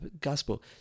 Gospel